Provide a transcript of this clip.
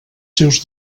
seus